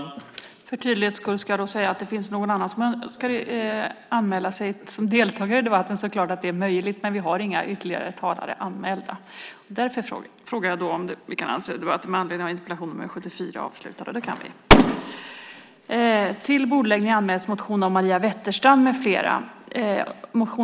Då Lars Johansson, som framställt interpellationen, anmält att han var förhindrad att närvara vid sammanträdet förklarade tredje vice talmannen överläggningen avslutad.